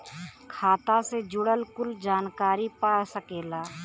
खाता से जुड़ल कुल जानकारी पा सकेला